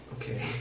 Okay